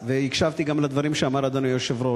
והקשבתי גם לדברים שאמר אדוני היושב-ראש,